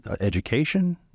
education